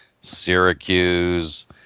Syracuse